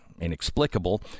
inexplicable